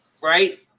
Right